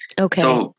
Okay